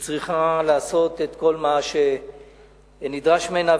היא צריכה לעשות את כל מה שנדרש ממנה,